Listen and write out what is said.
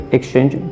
Exchange